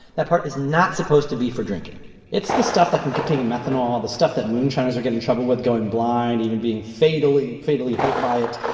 that part is not supposed to be for drinking it's the stuff that can contain methanol, the stuff that moonshiners are getting in trouble with going blind, even being fatally, fatally hurt by it.